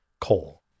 coal